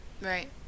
Right